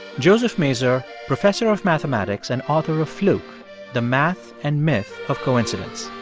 joseph mazur, professor of mathematics and author of fluke the math and myth of coincidence.